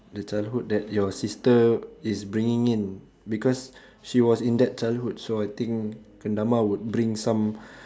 the childhood that your sister is bringing in because she was in that childhood so I think kendama would bring some